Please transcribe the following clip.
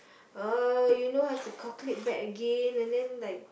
uh you know have to calculate back again and then like